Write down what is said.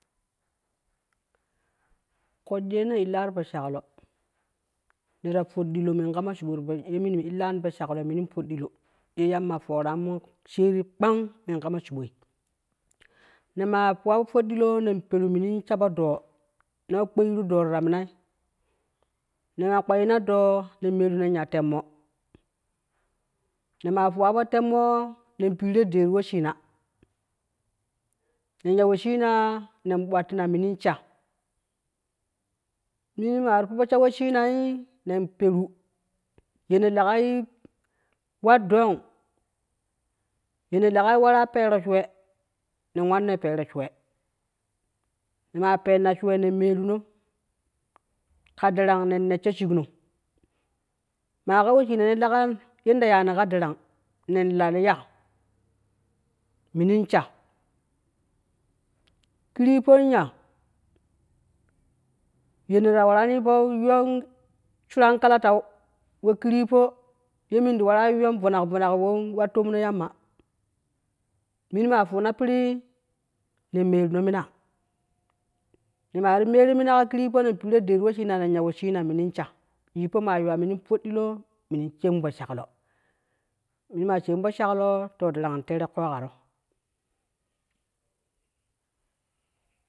Koddi ye ne illa tipo shaklo neta foddilo minkama shibbo ye po illan tipo shaklo minin foddilo yee yamma ⼲ooranmu shiire kpang min kama shibboi ne maa ⼲uwaabo foddiloi nen peru minin sha bo donnen wa kpeeyyiru doo ta minai. nemaa kpeiyina doo nen nen meeru nen ya temmo ne maa fowa po temmoo nen piiru det weshiina, nen ya weshiinaa nen bwattina minin sha, minii maari ⼲u po sha weshiino nen peru yene legai wad dong ye ne lega waraa pere shuwe, nen wannei pere shuwe, nema penna shuwei nen meeruno ka darang nen nessho shikno, maa we shiina ne lega yenda yaani ka darang nen lalyah, minin sha kiripon ya yene ta warani po yoon shurang kalatau we kiripo ye min di waraa yuyyun funang. Funang woon war toomno yamma, mini maa ⼲una piri nen meru no mina, ne maari meru mina ka kiripo nen piro det weshina nen ya weshii na minin sha yippo maa yuwa minin fodolili minin shaamu pashaklo, minu maa shaamu poshaklo to darang no teere konaro